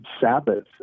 Sabbath